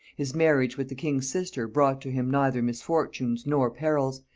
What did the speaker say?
his marriage with the king's sister brought to him neither misfortunes nor perils,